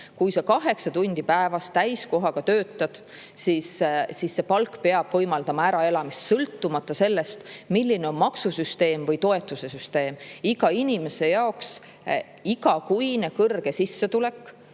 Kui sa kaheksa tundi päevas, täiskohaga töötad, siis su palk peab võimaldama äraelamist, sõltumata sellest, milline on maksusüsteem või toetuste süsteem. Iga inimese igakuine kõrge sissetulek